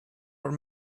were